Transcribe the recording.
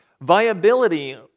Viability